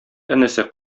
энесе